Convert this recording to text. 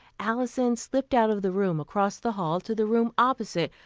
alison slipped out of the room across the hall to the room opposite,